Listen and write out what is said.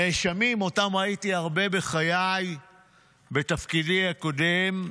נאשמים, שאותם ראיתי הרבה בחיי בתפקידי הקודם,